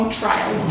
trial